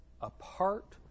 apart